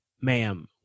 ma'am